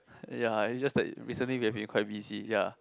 ya it's just that recently we have been quite busy ya